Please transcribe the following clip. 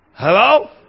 Hello